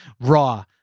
Raw